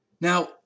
Now